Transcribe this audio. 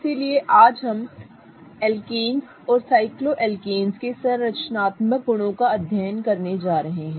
इसलिए आज हम एल्केन्स और साइक्लोएल्केन्स के संरचनात्मक गुणों का अध्ययन करने जा रहे हैं